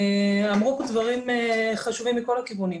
אמרו פה דברים חשובים מאוד מכל הכיוונים.